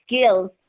skills